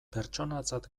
pertsonatzat